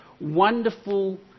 wonderful